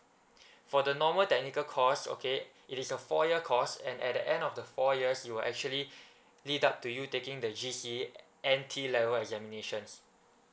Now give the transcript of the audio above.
for the normal technical course okay it is a four year course and at the end of the four years it will actually lead up to you taking the G_C_E N T level examinations